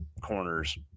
corners